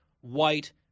white